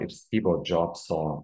ir styvo džobso